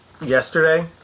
yesterday